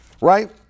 right